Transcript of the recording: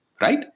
right